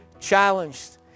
challenged